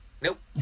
nope